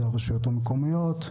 זה הרשויות המקומיות,